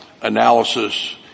analysis